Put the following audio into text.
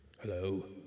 Hello